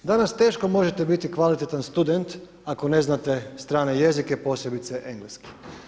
Danas teško možete biti kvalitetan student, ako ne znate strane jezike, posebice engleski.